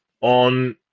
on